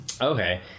Okay